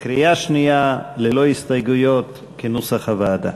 קריאה שנייה ללא הסתייגויות כנוסח הוועדה.